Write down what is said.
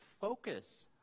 focus